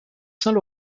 saint